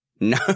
No